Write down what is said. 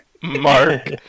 Mark